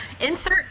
Insert